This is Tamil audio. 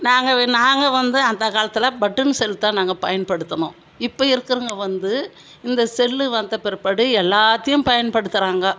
நாங்கள் வெ நாங்கள் வந்து அந்த காலத்தில் பட்டன் செல்லு தான் நாங்கள் பயன்படுத்துனோம் இப்போ இருக்கிறவங்க வந்து இந்த செல்லு வந்த பிற்பாடு எல்லாத்தையும் பயன்படுத்துகிறாங்கோ